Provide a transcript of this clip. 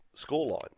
scoreline